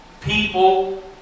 People